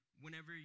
whenever